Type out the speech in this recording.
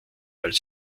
als